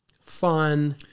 fun